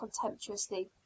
contemptuously